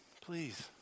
please